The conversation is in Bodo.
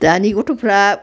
दानि गथ'फ्रा